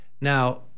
Now